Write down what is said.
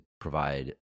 provide